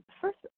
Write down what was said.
first